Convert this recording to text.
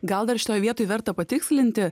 gal dar šitoj vietoj verta patikslinti